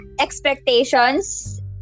expectations